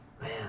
man